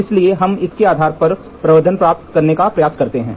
इसलिए हम इसके आधार पर प्रवर्धन प्राप्त करने का प्रयास करते हैं